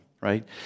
right